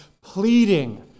pleading